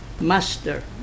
master